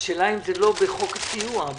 השאלה אם זה לא בחוק הסיוע.